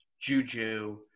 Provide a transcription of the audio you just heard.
Juju